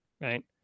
right